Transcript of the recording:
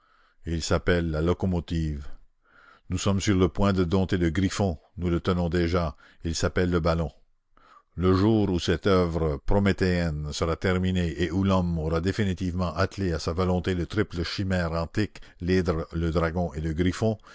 il s'appelle la locomotive nous sommes sur le point de dompter le griffon nous le tenons déjà et il s'appelle le ballon le jour où cette oeuvre prométhéenne sera terminée et où l'homme aura définitivement attelé à sa volonté la triple chimère antique l'hydre le dragon et le griffon